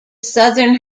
southern